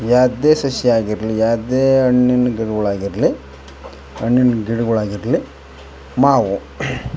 ಯಾವುದೆ ಸಸಿಯಾಗಿರಲಿ ಯಾವುದೇ ಹಣ್ಣಿನ್ ಗಿಡಗುಳಾಗಿರ್ಲಿ ಹಣ್ಣಿನ ಗಿಡಗಳಾಗಿರಲಿ ಮಾವು